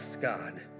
God